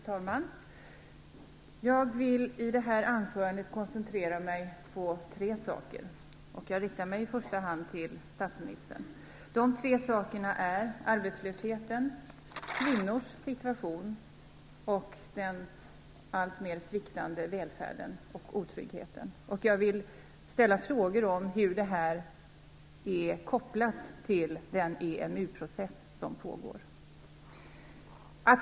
Fru talman! Jag skall i det här anförandet koncentrera mig på tre saker, och jag riktar mig i första hand till statsministern, nämligen arbetslösheten, kvinnors situation och den alltmer sviktande välfärden och otryggheten. Jag vill ställa frågor om hur detta är kopplat till den EMU-process som pågår.